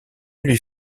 lui